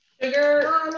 Sugar